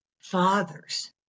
fathers